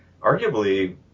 arguably